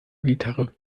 gitarre